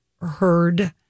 heard